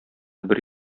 бер